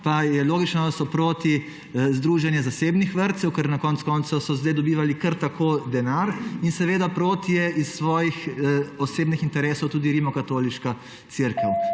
pa je logično, da so proti v Združenju zasebnih vrtcev, ker na koncu koncev so zdaj dobivali kar tako denar in seveda proti je iz svojih osebnih interesov tudi Rimskokatoliška cerkev.